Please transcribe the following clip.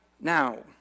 now